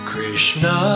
Krishna